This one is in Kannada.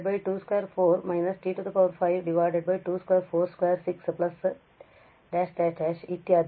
2 t 3 2 24 − t 5 2 24 2 6 ⋯ ಇತ್ಯಾದಿ